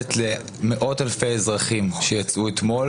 כואבת למאות אלפי אזרחים שיצאו אתמול